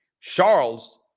Charles